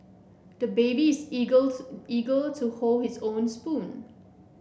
the baby is eager to eager to hold his own spoon